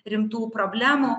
rimtų problemų